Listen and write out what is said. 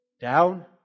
down